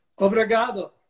obrigado